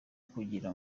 kugira